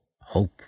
Hope